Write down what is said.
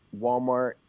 Walmart